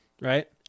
right